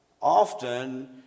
Often